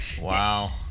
Wow